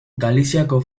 galiziako